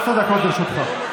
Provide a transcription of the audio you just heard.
עשר דקות לרשותך.